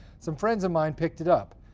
some friends of mine picked it up.